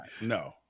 No